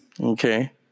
okay